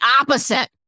opposite